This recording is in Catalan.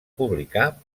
publicar